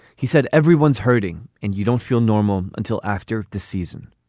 he said everyone's hurting and you don't feel normal until after the season.